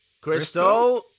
Crystal